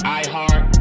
iHeart